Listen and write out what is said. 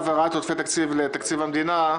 תתייחס להעברת עודפי תקציב לתקציב המדינה.